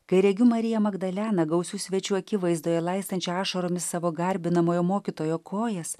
kai regiu mariją magdaleną gausių svečių akivaizdoje laistančią ašaromis savo garbinamojo mokytojo kojas